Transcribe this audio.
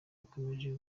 bakomeje